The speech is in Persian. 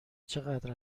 چقدر